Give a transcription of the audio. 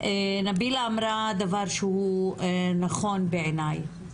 נבילה אמרה דבר שהוא נכון בעיניי,